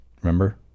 Remember